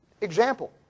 example